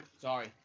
Sorry